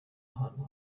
ahantu